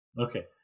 Okay